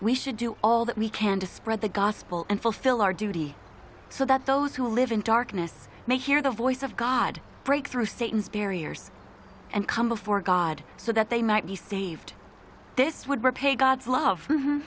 we should do all that we can to spread the gospel and fulfill our duty so that those who live in darkness may hear the voice of god break through satan's barriers and come before god so that they might be saved this would repay god's love m